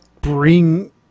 bring